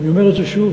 אני אומר את זה שוב,